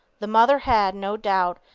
the mother had, no doubt,